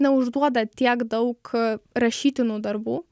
neužduoda tiek daug rašytinų darbų